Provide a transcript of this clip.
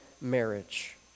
marriage